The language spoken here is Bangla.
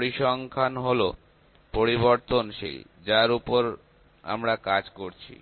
পরিসংখ্যান হলো পরিবর্তনশীল যার উপর আমরা কাজ করছি